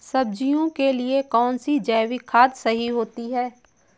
सब्जियों के लिए कौन सी जैविक खाद सही होती है?